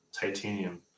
titanium